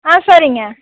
ஆ சரிங்க